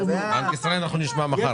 את בנק ישראל אנחנו נשמע מחר.